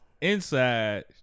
Inside